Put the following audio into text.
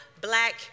black